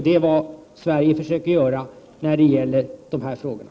Det är vad Sverige försöker göra när det gäller de här frågorna.